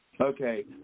Okay